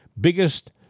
biggest